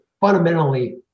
fundamentally